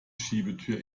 schiebetür